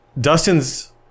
Dustin's